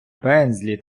пензлі